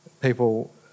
people